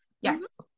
Yes